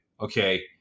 okay